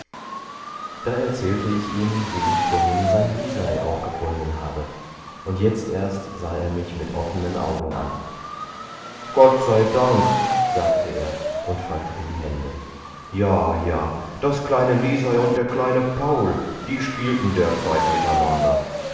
da erzählte ich ihm wie ich vorhin sein lisei aufgefunden habe und jetzt erst sah er mich mit offenen augen an gott dank gott dank sagte er und faltete die hände ja ja das kleine lisei und der kleine paul die spielten derzeit miteinander